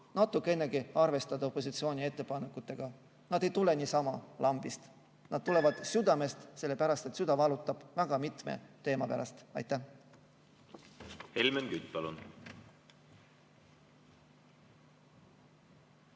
natukenegi arvestama opositsiooni ettepanekutega. Nad ei tule niisama lambist, nad tulevad südamest, sellepärast et süda valutab väga mitme teema pärast. Aitäh! Helmen Kütt, palun!